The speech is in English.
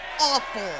awful